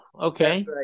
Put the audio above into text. okay